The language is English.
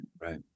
Right